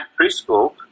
preschool